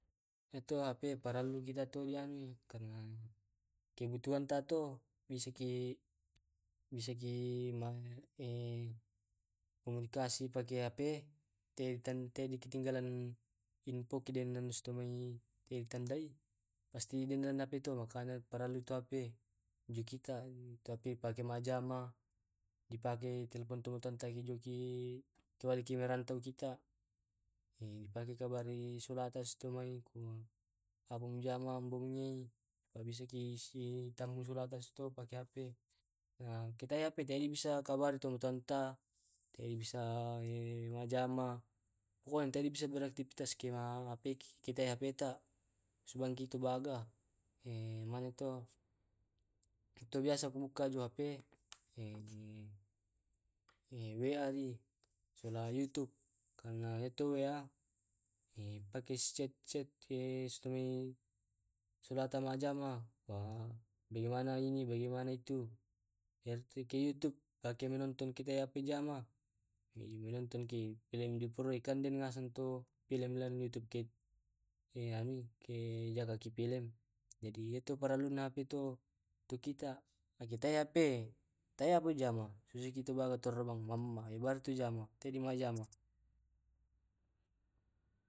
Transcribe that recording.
Eto hape parelluki kita dianui karna kebutuhnta to bisaki bisaki komunikasi pake hp tei di tei ketinggalan infoki den stumai tandai. Pasti den hp to makanya parellu tu hp ju kita di pake majjama. Dipake telpon tomatoanta ko paleki marantau kita. dipake kabari solata stumai ku apung mujama mbongi, supaya bisaki si temmu solata pake hp. Kitaya hp teai bisa kabari taumatuanta, tei bisa majama, pokoknya tei bisa beraktivitas ko teai hp ta. Subangki tau baga mane to itu biasa ku bukka ju hp wa ji sola yutub, karna ito wa pakei si chat chat sitomai solata majama pakei kutana bagaimana ini, bagaimana itu. yamtu ke yutub dipakei manontong kepe majama. Manontonki film diproeka. Ka ngande ngaseng mi tu film lan yutub ke ke jagaki film. Jadi iyatu parellunna hp to to ke kita. Ko tai hp tai ki majama, sisiduki tau baga torong mamma ebaratu jama tedi majama.